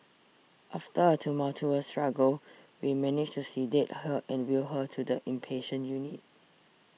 after a tumultuous struggle we managed to sedate her and wheel her to the inpatient unit